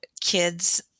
kids